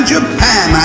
Japan